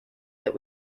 that